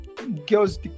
Girls